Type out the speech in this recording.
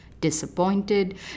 Disappointed